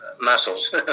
muscles